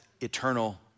eternal